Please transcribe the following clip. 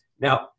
Now